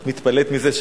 את מתפלאת על זה?